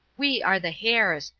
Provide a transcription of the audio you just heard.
we are the hares,